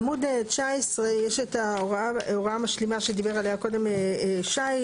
בעמוד 19 יש את ההוראה המשלימה שדיבר עליה קודם שי,